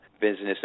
business